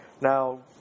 Now